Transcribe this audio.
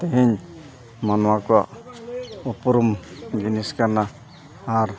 ᱛᱮᱦᱮᱧ ᱢᱟᱱᱚᱣᱟ ᱠᱚᱣᱟᱜ ᱩᱯᱨᱩᱢ ᱡᱤᱱᱤᱥ ᱠᱟᱱᱟ ᱟᱨ